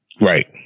Right